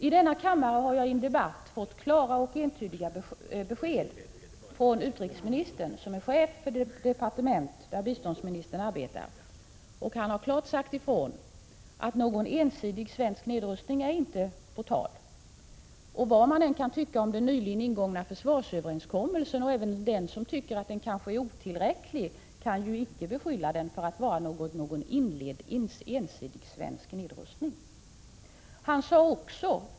I denna kammare har jag i en debatt fått klara och entydiga besked från utrikesministern, som ju är chef för det departement där biståndsministern arbetar. Utrikesministern har klart sagt ifrån att någon ensidig svensk nedrustning inte är på tal. Vad man än tycker om den nyligen ingångna försvarsöverenskommelsen — även om man skulle tycka att den är otillräcklig - kan man inte beskylla den för att innebära inledd ensidig svensk nedrustning.